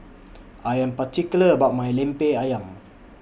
I Am particular about My Lemper Ayam